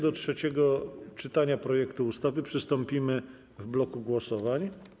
Do trzeciego czytania projektu ustawy przystąpimy w bloku głosowań.